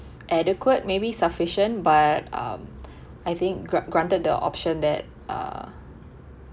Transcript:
adequate maybe sufficient but um I think gran~ granted the option that uh